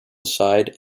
side